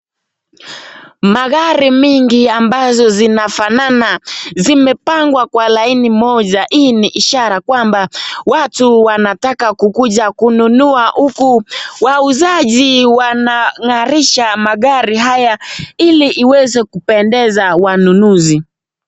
Magari mingi ambazo zinafanana zimepangwa kwa laini moja. Hii ni ishara kwamba watu wanataka kukuja kununua huku wauzaji wnang'arisha magari haya ili iweze kupendeza wanunuzi.